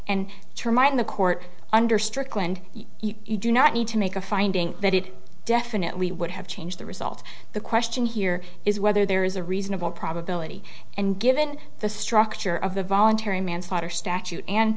termite in the court under strickland you do not need to make a finding that it definitely would have changed the result the question here is whether there is a reasonable probability and given the structure of the voluntary manslaughter statute and